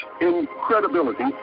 incredibility